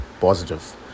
positive